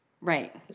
Right